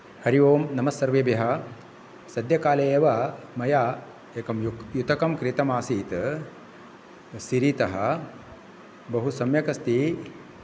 हरि ओम् नमस्सर्वेभ्यः सद्यकाले एव मया एकं युतकं क्रीतम् आसीत् सिरितः बहु सम्यक् अस्ति